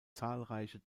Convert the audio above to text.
zahlreiche